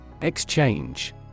Exchange